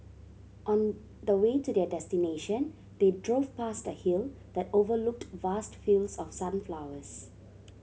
on the way to their destination they drove past a hill that overlooked vast fields of sunflowers